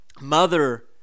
mother